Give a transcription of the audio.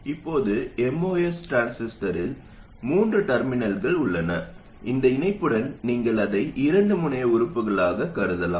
இப்போது MOS டிரான்சிஸ்டரில் மூன்று டெர்மினல்கள் உள்ளன இந்த இணைப்புடன் நீங்கள் அதை இரண்டு முனைய உறுப்புகளாகக் கருதலாம்